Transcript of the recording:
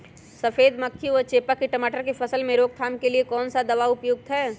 सफेद मक्खी व चेपा की टमाटर की फसल में रोकथाम के लिए कौन सा दवा उपयुक्त है?